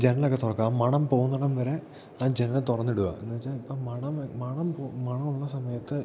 ജനലൊക്കെ തുറക്കാം മണം പോകുന്നിടം വരെ ആ ജനൽ തുറന്നിടുക എന്നു വെച്ചാൽ ഇപ്പം മണം മണം പോ മണം ഉള്ള സമയത്ത്